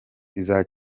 guhera